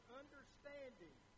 understanding